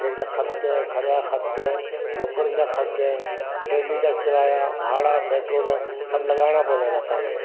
पंहिंजा ख़र्च घर जा ख़र्च नौकरनि जा ख़र्च ट्रेनियुनि जा किराया भाड़ा पेट्रोल सभु लॻाइणा पवंदा आहिनि असांखे